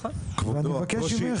ואני מבקש ממך,